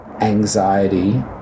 anxiety